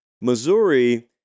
Missouri